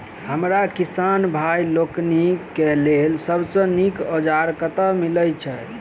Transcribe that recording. हमरा किसान भाई लोकनि केँ लेल सबसँ नीक औजार कतह मिलै छै?